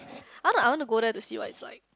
I want to I want to go there to see what it's like